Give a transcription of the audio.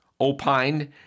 opined